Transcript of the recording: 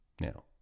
Now